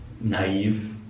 naive